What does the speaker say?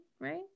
right